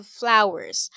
flowers